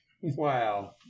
Wow